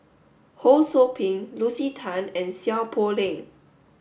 Ho Sou Ping Lucy Tan and Seow Poh Leng